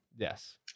Yes